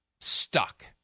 stuck